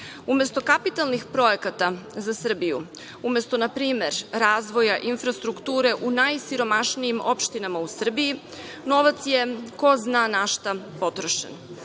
Umesto kapitalnih projekata za Srbiju, umesto, na primer, razvoja infrastrukture u najsiromašnijim opštinama u Srbiji, novac je ko zna na šta potrošen.